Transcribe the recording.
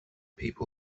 people